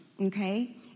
Okay